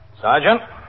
Sergeant